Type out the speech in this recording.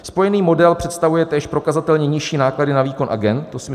Spojený model představuje též prokazatelně nižší náklady na výkon agend.